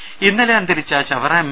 ദേഴ ഇന്നലെ അന്തരിച്ച ചവറ എം